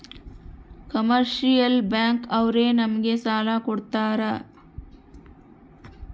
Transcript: commercial bank ಅವ್ರು ನಮ್ಗೆ ಸಾಲ ಕೊಡ್ತಾರ